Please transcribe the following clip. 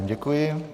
Děkuji.